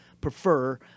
prefer